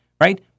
right